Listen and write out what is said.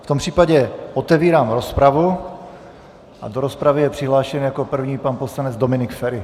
V tom případě otevírám rozpravu a do rozpravy je přihlášen jako první pan poslanec Dominik Feri.